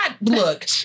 Look